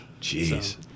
jeez